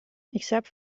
except